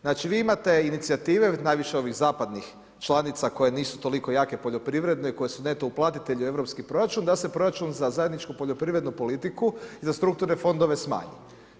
Znači, vi imate inicijative najviše ovih zapadnih članica koje nisu toliko jake poljoprivredno i koje su neto uplatitelj u europski proračun, da se proračun za zajedničku poljoprivrednu politiku i za strukturne fondove smanji.